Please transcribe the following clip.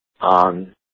on